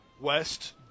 West